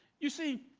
you see,